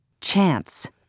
Chance